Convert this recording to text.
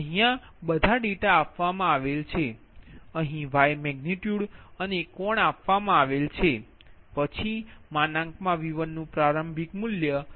અહીયા બધા ડેટા આપવામાં આવેલ છે અહીં Y મેગનિટયુડ અને કોણ આપવામા આવેલ છે પછી V1 નુ પ્રારંભિક મૂલ્ય તમે 1